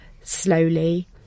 slowly